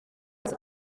wese